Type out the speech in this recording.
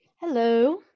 Hello